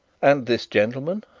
and this gentleman?